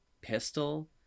pistol